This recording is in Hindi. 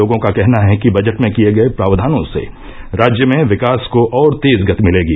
लोगों का कहना है कि बजट में किये गये प्राक्यानों से राज्य में विकास को और तेज गति मिलेगी